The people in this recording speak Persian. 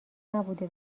نبوده